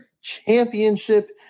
championship